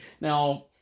Now